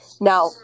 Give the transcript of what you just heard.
Now